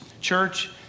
church